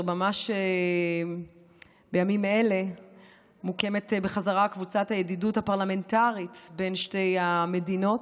ממש בימים אלה מוקמת בחזרה קבוצת הידידות הפרלמנטרית בין שתי המדינות,